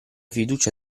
fiducia